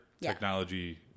technology